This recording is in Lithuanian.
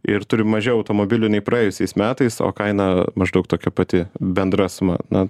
ir turim mažiau automobilių nei praėjusiais metais o kaina maždaug tokia pati bendra suma na